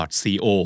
co